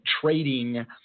trading